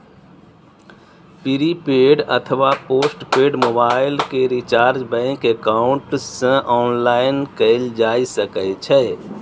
prepaid अथवा postpaid mobile के recharge bank account सं ऑनलाइन कैल जा सकै छै